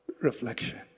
reflection